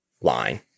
line